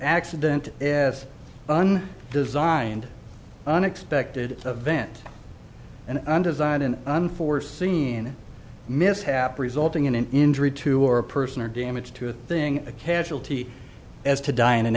accident as designed unexpected event and undesigned an unforeseen mishap resulting in an injury to or a person or damage to a thing a casualty as to die in an